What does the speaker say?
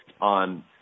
on